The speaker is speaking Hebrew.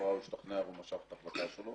התחבורה הוא השתכנע ומשך את ההחלטה שלו.